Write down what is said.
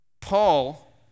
Paul